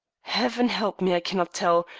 heaven help me, i cannot tell.